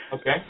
okay